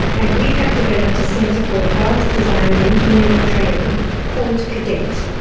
and we have developed a centre for advanced design and engineering training called cadet.